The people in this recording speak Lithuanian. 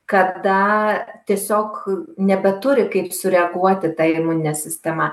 kada tiesiog nebeturi kaip sureaguoti ta imuninė sistema